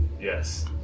Yes